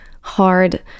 hard